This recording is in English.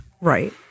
Right